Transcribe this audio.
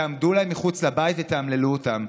תעמדו להם מחוץ לבית ותאמללו אותם.